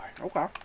Okay